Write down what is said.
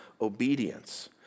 obedience